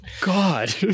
God